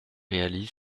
réalise